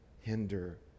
hinder